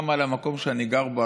גם על המקום שאני גר בו,